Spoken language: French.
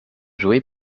joué